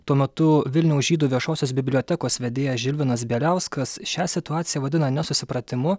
tuo metu vilniaus žydų viešosios bibliotekos vedėjas žilvinas beliauskas šią situaciją vadina nesusipratimu